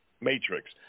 matrix